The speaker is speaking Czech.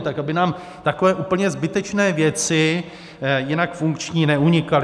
Tak aby nám takové úplně zbytečné věci jinak funkční neunikaly.